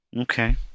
Okay